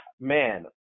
man